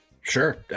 Sure